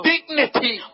Dignity